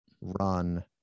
run